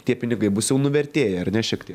tie pinigai bus jau nuvertėję ar ne šiek tie